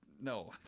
No